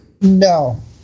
no